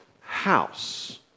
house